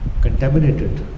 contaminated